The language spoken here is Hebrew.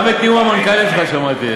גם את נאום המנכ"לים שלך שמעתי.